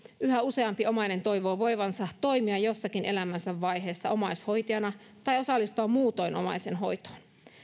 yhä useampi omainen toivoo voivansa toimia jossakin elämänsä vaiheessa omaishoitajana tai osallistua muutoin omaisen hoitoon